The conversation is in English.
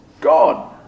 God